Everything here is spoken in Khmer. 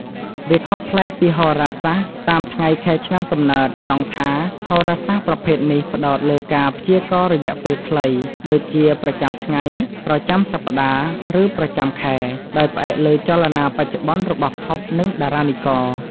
វាខុសប្លែកពីហោរាសាស្ត្រតាមថ្ងៃខែឆ្នាំកំណើតត្រង់ថា ហោរាសាស្ត្រប្រភេទនេះផ្ដោតលើការ ព្យាករណ៍រយៈពេលខ្លី ដូចជាប្រចាំថ្ងៃ ប្រចាំសប្តាហ៍ ឬប្រចាំខែ ដោយផ្អែកលើចលនាបច្ចុប្បន្នរបស់ភព និងតារានិករ។